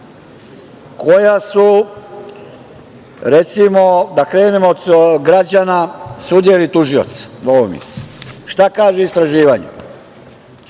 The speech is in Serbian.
koja su, recimo da krenemo od građana, sudija ili tužioc. Šta kaže istraživanje?